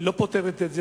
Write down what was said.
לא פותרת את הבעיה,